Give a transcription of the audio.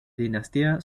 dinastía